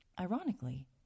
Ironically